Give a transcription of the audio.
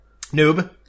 Noob